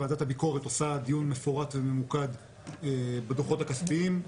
ועדת הביקורת עושה דיון מפורט וממוקד בדו"חות הכספיים,